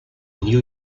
new